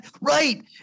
right